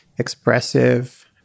Expressive